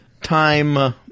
time